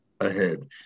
ahead